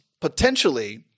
potentially